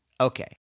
Okay